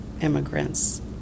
immigrants